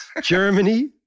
Germany